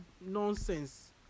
nonsense